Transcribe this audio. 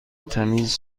تمیز